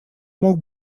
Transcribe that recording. мог